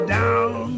down